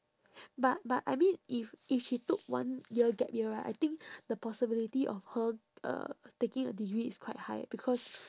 but but I mean if if she took one year gap year right I think the possibility of her uh taking a degree is quite high eh because